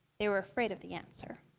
they were afraid of the answer.